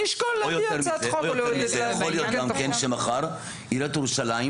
אני אשקול להביא הצעת חוק --- יכול להיות גם כן שמחר עיריית ירושלים,